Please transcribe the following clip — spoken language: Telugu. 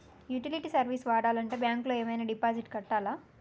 యుటిలిటీ సర్వీస్ వాడాలంటే బ్యాంక్ లో ఏమైనా డిపాజిట్ కట్టాలా?